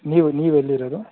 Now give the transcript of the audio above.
ನೀವು ನೀವೆಲ್ಲಿರೋದು